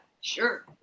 sure